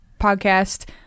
podcast